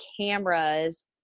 cameras